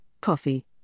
coffee